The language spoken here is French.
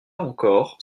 encore